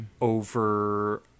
over